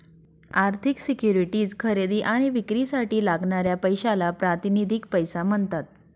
आर्थिक सिक्युरिटीज खरेदी आणि विक्रीसाठी लागणाऱ्या पैशाला प्रातिनिधिक पैसा म्हणतात